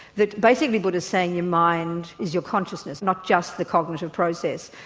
that basically buddha is saying your mind is your consciousness not just the cognitive process,